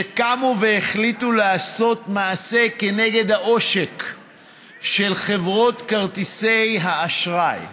קמו והחליטו לעשות מעשה כנגד העושק של חברות כרטיסי האשראי.